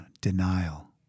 denial